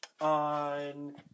on